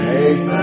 Make